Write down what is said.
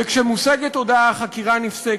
וכשמושגת הודאה החקירה נפסקת.